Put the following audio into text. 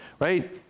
right